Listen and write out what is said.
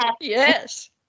Yes